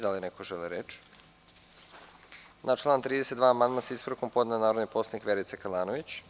Da li neko želi reč? (Ne) Na član 32. amandman sa ispravkom podnela je narodni poslanik Verica Kalanović.